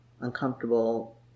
uncomfortable